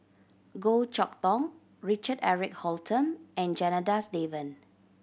Goh Chok Tong Richard Eric Holttum and Janadas Devan